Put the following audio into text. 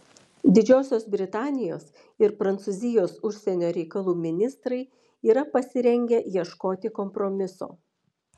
didžiosios britanijos ir prancūzijos užsienio reikalų ministrai yra pasirengę ieškoti kompromiso